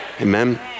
Amen